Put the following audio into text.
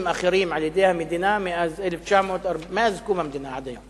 אחרים על-ידי המדינה מאז קום המדינה?